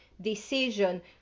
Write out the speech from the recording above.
decision